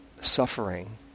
suffering